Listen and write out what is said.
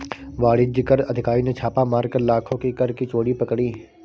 वाणिज्य कर अधिकारी ने छापा मारकर लाखों की कर की चोरी पकड़ी